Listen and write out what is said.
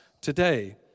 today